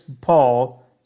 Paul